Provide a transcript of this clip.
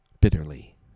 bitterly